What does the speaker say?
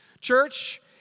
Church